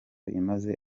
imaze